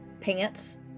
pants